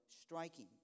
striking